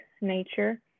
nature